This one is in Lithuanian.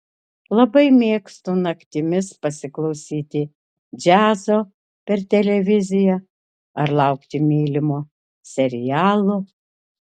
labai mėgstu naktimis pasiklausyti džiazo per televiziją ar laukti mylimo serialo